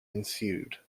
ensued